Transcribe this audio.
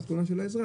בנוגע לאיסוף